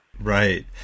Right